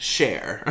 Share